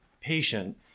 patient